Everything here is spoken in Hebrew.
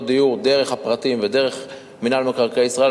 דיור דרך הפרטיים ודרך מינהל מקרקעי ישראל,